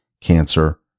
cancer